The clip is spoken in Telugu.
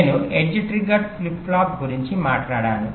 నేను ఎడ్జ్ ట్రిగ్గర్డ్ ఫ్లిప్ ఫ్లాప్ గురించి మాట్లాడాను